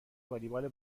والیبال